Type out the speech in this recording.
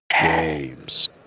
games